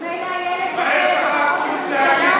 מר אקוניס?